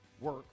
work